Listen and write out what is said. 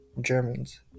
Germans